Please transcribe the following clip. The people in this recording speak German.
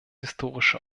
historische